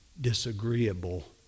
disagreeable